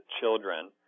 children